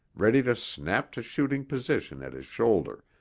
ready to snap to shooting position at his shoulder,